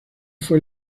fue